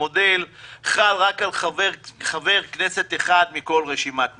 המודל חל רק על חבר כנסת אחד מכל רשימת מועמדים,